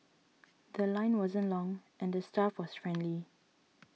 The Line wasn't long and the staff was friendly